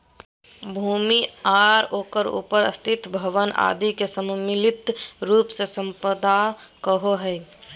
भूमि आर ओकर उपर स्थित भवन आदि के सम्मिलित रूप से सम्पदा कहो हइ